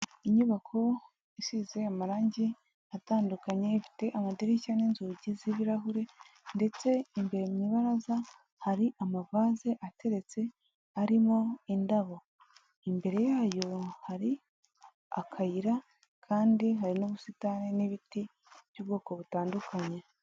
Inyubako isize amarangi atandukanye ifite amadirishya n'inzugi z'ibirahure ndetse imbere mu ibaraza hari amavaze ateretse arimo indabo, imbere yayo hari akayira kandi hari n'ubusitani n'ibiti by'ubwoko butandukanye.